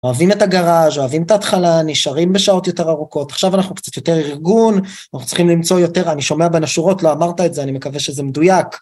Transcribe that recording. אוהבים את הגראז', אוהבים את ההתחלה, נשארים בשעות יותר ארוכות. עכשיו אנחנו קצת יותר ארגון, אנחנו צריכים למצוא יותר, אני שומע בין השורות, לא אמרת את זה, אני מקווה שזה מדויק.